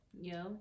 Yo